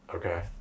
okay